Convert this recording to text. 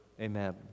Amen